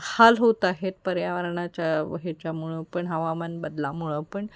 हाल होत आहेत पर्यावरणाच्या ह्याच्यामुळे पण हवामान बदलामुळे पण